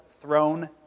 throne